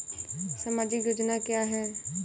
सामाजिक योजना क्या है?